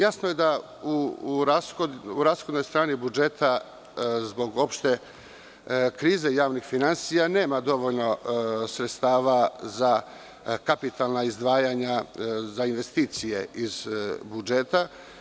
Jasno je da u rashodnoj strani budžeta zbog opšte krize javnih finansija nema dovoljno sredstava za kapitalna izdvajanja za investicije iz budžeta.